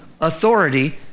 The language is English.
authority